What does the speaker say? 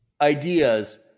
ideas